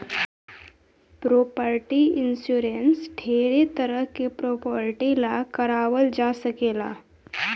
property insurance ढेरे तरह के प्रॉपर्टी ला कारवाल जा सकेला